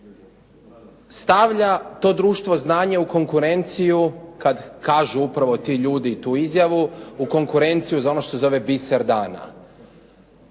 stavlja to društvo znanja u konkurenciju kada kažu upravo ti ljudi tu izjavu u konkurenciju za ono što se zove biser dana.